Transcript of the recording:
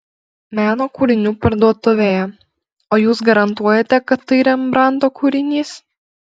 meno kūrinių parduotuvėje o jūs garantuojate kad tai rembrandto kūrinys